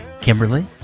Kimberly